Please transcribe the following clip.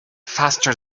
faster